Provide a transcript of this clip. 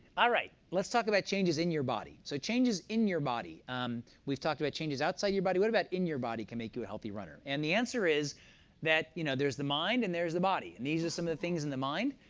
ah right. let's talk about changes in your body. so changes in your body um we've talked about changes outside your body. what about in your body can make you a healthy runner? and the answer is that you know there's the mind, and there's the body. and these are some of the things in the mind.